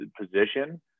position